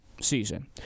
season